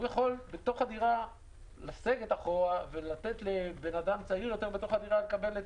הוא יכול בתוך הדירה לסגת אחורה ולתת לבן אדם צעיר יותר בדירה לקבל,